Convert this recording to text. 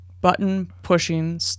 button-pushing